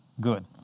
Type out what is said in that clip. good